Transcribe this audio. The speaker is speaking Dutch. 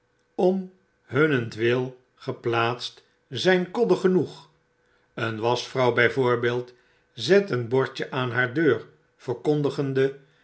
om hunnentwil geplaatst zyn koddig genoeg een waschvrouw by voorbeeld zet een bordje aan haar deur verkondigende